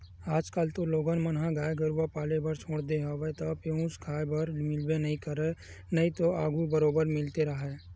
आजकल तो लोगन मन ह गाय गरुवा पाले बर छोड़ देय हवे त पेयूस खाए बर मिलबे नइ करय नइते आघू बरोबर मिलते राहय